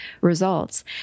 results